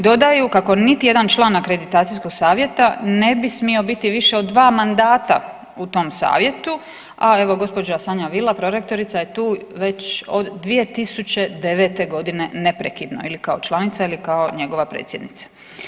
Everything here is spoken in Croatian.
Dodaju kako niti jedan član akreditacijskog savjeta ne bi smio biti više od 2 mandata u tom savjetu, a evo gospođa Sanja Vila prorektorica je tu već od 2009. godine neprekidno ili kao članica ili kao njegova predsjednica.